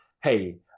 hey